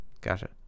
gotcha